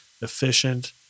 efficient